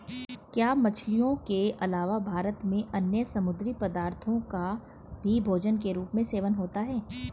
क्या मछलियों के अलावा भारत में अन्य समुद्री पदार्थों का भी भोजन के रूप में सेवन होता है?